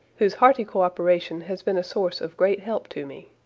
whose hearty cooperation has been a source of great help to me.